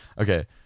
Okay